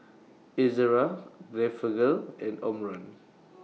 Ezerra Blephagel and Omron